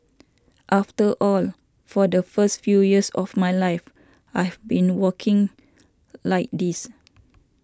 after all for the first few years of my life I have been walking like this